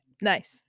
Nice